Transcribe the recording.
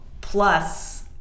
plus